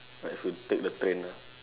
like if we take the train ah